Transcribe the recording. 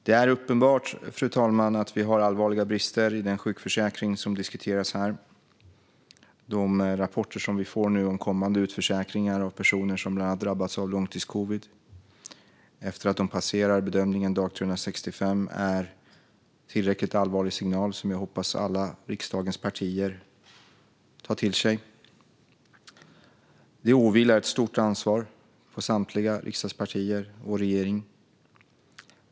Det är uppenbart, fru talman, att vi har allvarliga brister i den sjukförsäkring som här diskuteras. De rapporter som vi får om kommande utförsäkringar av personer som bland annat har drabbats av långtidscovid efter att de passerar bedömningen vid dag 365 är en tillräckligt allvarlig signal som jag hoppas att alla riksdagens partier tar till sig. Det åvilar ett stort ansvar på samtliga riksdagspartier och regeringen.